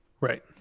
Right